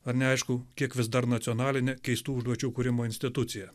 ar neaišku kiek vis dar nacionalinė keistų užduočių kūrimo institucija